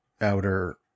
outer